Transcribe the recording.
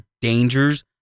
dangers